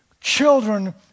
children